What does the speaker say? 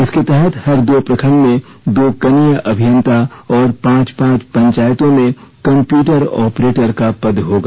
इसके तहत हर दो प्रखंड में दो कनीय अभियंता और पांच पांच पंचायतों में कंप्यूटर ऑपरेटर का पद होगा